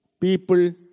people